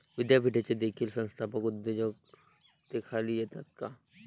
विद्यापीठे देखील संस्थात्मक उद्योजकतेखाली येतात का?